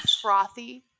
frothy